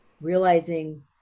realizing